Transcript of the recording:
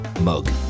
mug